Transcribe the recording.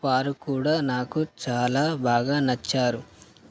వారు కూడా నాకు చాలా బాగా నచ్చారు